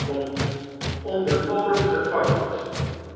random den molen gedwarreld